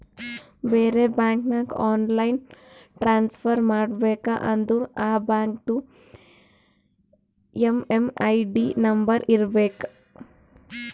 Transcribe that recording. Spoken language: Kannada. ಬೇರೆ ಬ್ಯಾಂಕ್ಗ ಆನ್ಲೈನ್ ಟ್ರಾನ್ಸಫರ್ ಮಾಡಬೇಕ ಅಂದುರ್ ಆ ಬ್ಯಾಂಕ್ದು ಎಮ್.ಎಮ್.ಐ.ಡಿ ನಂಬರ್ ಇರಬೇಕ